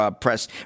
Press